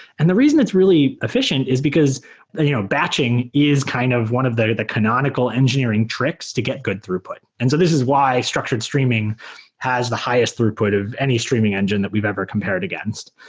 and the reason that's really efficient is because you know batching is kind of one of the the canonical engineering tricks to get good throughput. and so this is why structured streaming has the highest throughput of any streaming engine that we've ever compared against.